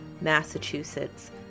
Massachusetts